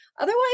Otherwise